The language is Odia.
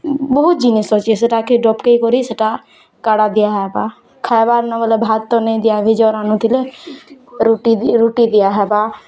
ବହୁତ୍ ଜିନିଷ୍ ଅଛେ ସେଟାକେ ଡ଼କେଇ କରି ସେଟା କାଡ଼ା ଦିହାହେବା ଖାଇବାର୍ ନ ବୋଲେ ଭାତ୍ ତ ନେଇ ଦିଆହୁଏ ଜର୍ ଥିଲେ ରୁଟି ରୁଟି ଦିଆହେବା